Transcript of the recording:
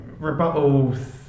Rebuttals